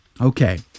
okay